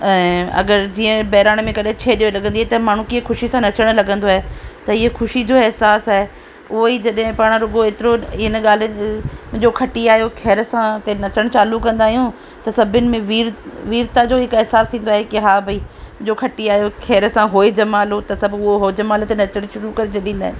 ऐं जीअं अगरि बहिराणे में कॾहिं छेॼ लॻंदी आहे त माण्हू कीअं ख़ुशी सां नचणु लॻंदो आहे त इहो ख़ुशी जो अहिसासु आहे उहोई पाण जॾहिं रुॻो एतिरो इन ॻाल्हि मुंहिंजो खटी आयो ख़ैर सां ते नचणु चालू कंदा आहियूं त सभिनि में वीर वीरता जो हिकु अहिसासु थींदो आहे कि हा भई जो खटी आयो ख़ैर सां होय जमालो त सभु उहो होजमालो ते नचणु शुरू करे छॾींदा आहिनि